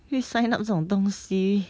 去 sign up 这种东西